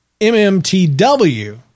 MMTW